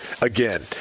again